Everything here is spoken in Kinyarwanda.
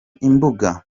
imbuga